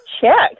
checked